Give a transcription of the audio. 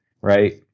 Right